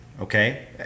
okay